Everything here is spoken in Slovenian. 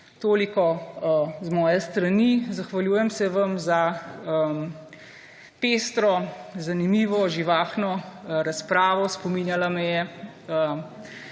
Toliko z moje strani. Zahvaljujem se vam za pestro, zanimivo, živahno razpravo. Spominjala me je